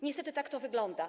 Niestety tak to wygląda.